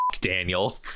Daniel